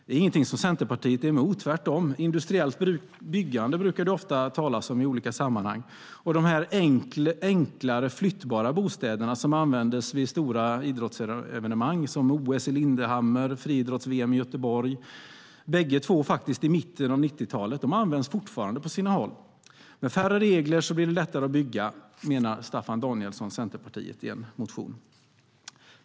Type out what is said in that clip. Det är inget som Centerpartiet är emot, tvärtom. Industriellt byggande brukar det talas om i olika sammanhang, och de enklare flyttbara bostäder som användes vid stora idrottsevenemang, som OS i Lillehammer och friidrotts-VM i Göteborg, båda i mitten av 90-talet, används fortfarande på sina håll. Med färre regler blir det lättare att bygga menar Staffan Danielsson, Centerpartiet, i en motion.